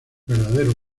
verdadero